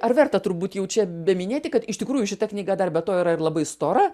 ar verta turbūt jau čia beminėti kad iš tikrųjų šita knyga dar be to yra ir labai stora